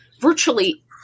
virtually